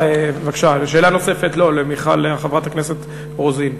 שאלה נוספת לחברת הכנסת מיכל רוזין.